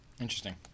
Interesting